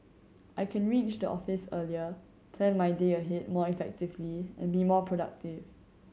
I can reach the office earlier plan my day ahead more effectively and be more productive